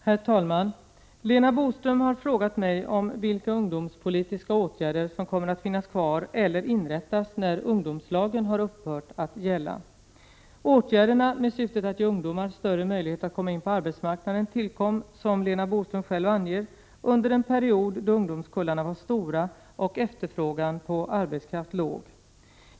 Herr talman! Lena Boström har frågat mig om vilka ungdomspolitiska åtgärder som kommer att finnas kvar eller inrättas när ungdomslagen har upphört att gälla. Åtgärderna med syftet att ge ungdomar större möjlighet att komma in på arbetsmarknaden tillkom, som Lena Boström själv anger, under en period då ungdomskullarna var stora och efterfrågan på arbetskraft låg.